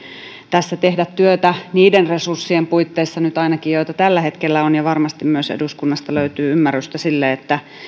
tässä tehdä työtä nyt ainakin niiden resurssien puitteissa joita tällä hetkellä on ja varmasti myös eduskunnasta löytyy ymmärrystä sille että